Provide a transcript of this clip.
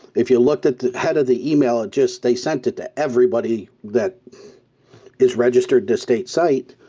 if you looked at the head of the email, it just they sent it to everybody that is registered the state site,